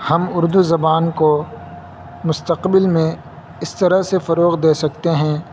ہم اردو زبان کو مستقبل میں اس طرح سے فروغ دے سکتے ہیں